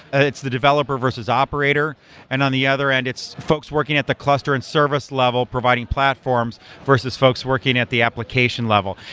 and it's the developer versus operator and on the other end it's folks working at the cluster and service level providing platforms versus folks working at the application level.